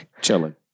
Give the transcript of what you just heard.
chilling